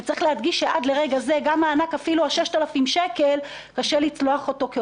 וצריך להדגיש שעד לרגע הזה גם מענק אפילו של ה-6,000 קשה לצלוח אותו.